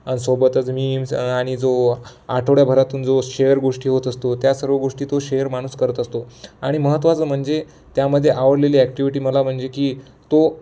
अन सोबतच मी स आणि जो आठवड्याभरातून जो शेअर गोष्टी होत असतो त्या सर्व गोष्टी तो शेअर माणूस करत असतो आणि महत्त्वाचं म्हणजे त्यामध्येे आवडलेली ॲक्टिविटी मला म्हणजे की तो